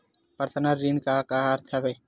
Personal ऋण के का अर्थ हवय?